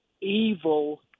evil